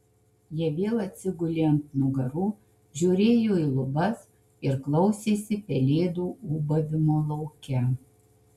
jie vėl atsigulė ant nugarų žiūrėjo į lubas ir klausėsi pelėdų ūbavimo lauke